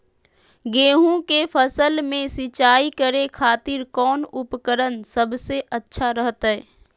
गेहूं के फसल में सिंचाई करे खातिर कौन उपकरण सबसे अच्छा रहतय?